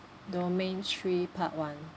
domain three part one